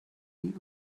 eat